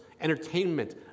entertainment